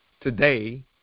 Today